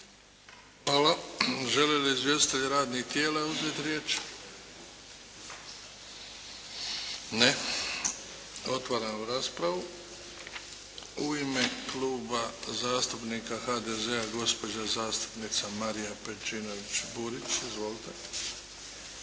Hvala. Žele li izvjestitelji radnih tijela uzeti riječ? Ne. Otvaram raspravu. U ime Kluba zastupnika HDZ-a gospođa zastupnica Marija Pejčinović-Burić. Izvolite.